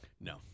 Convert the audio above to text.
No